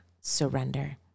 surrender